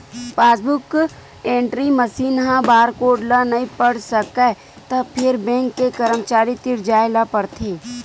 passbook entry machine ह barcode ल नइ पढ़ सकय त फेर बेंक के करमचारी तीर जाए ल परथे